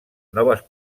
noves